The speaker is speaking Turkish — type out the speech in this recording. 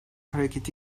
hareketi